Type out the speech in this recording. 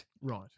Right